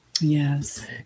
Yes